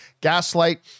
Gaslight